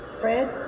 fred